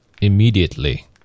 Immediately